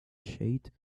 shade